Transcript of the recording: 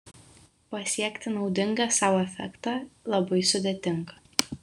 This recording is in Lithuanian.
pasiekti naudingą sau efektą labai sudėtinga